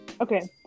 Okay